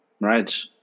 right